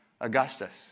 Augustus